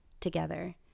together